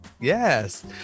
Yes